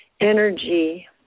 energy